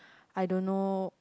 I don't know